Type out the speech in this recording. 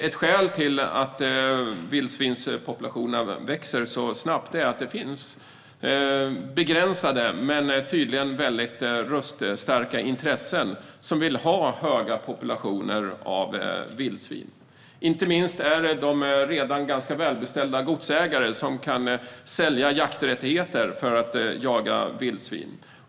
Ett skäl till att vildsvinspopulationen växer så snabbt är att det finns begränsade men tydligen mycket röststarka intressen som vill ha höga populationer av vildsvin. Inte minst är det redan välbeställda godsägare som kan sälja jakträttigheter för att jaga vildsvin.